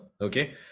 Okay